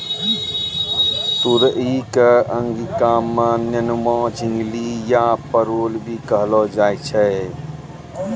तुरई कॅ अंगिका मॅ नेनुआ, झिंगली या परोल भी कहलो जाय छै